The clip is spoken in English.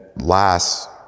last